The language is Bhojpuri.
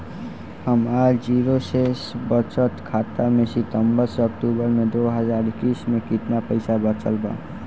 हमार जीरो शेष बचत खाता में सितंबर से अक्तूबर में दो हज़ार इक्कीस में केतना पइसा बचल बा?